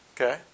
okay